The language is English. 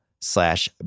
slash